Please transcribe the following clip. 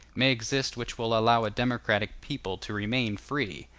may exist which will allow a democratic people to remain free.